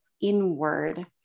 inward